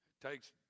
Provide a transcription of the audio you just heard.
takes